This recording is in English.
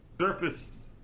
Surface